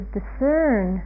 discern